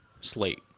slate